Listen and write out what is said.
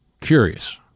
Curious